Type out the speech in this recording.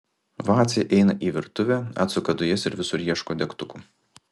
vacė eina į virtuvę atsuka dujas ir visur ieško degtukų